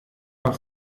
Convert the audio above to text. war